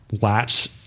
latch